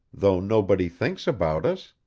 though nobody thinks about us